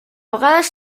vegades